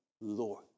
Lord